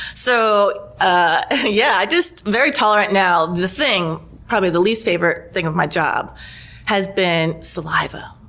so ah yeah just very tolerant now. the thing, probably the least favorite thing of my job has been saliva.